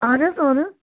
اَہَن حظ اَہَن حظ